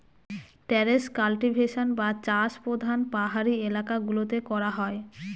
terrace cultivation বা চাষ প্রধানত পাহাড়ি এলাকা গুলোতে করা হয়